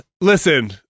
listen